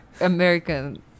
American